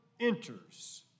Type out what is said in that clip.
enters